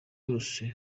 yose